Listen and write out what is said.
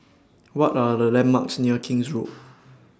What Are The landmarks near King's Road